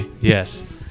Yes